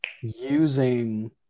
using